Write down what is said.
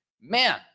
Man